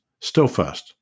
Stillfast